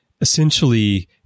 essentially